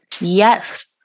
Yes